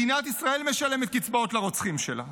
מדינת ישראל משלמת קצבאות לרוצחים שלה,